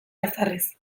ezarriz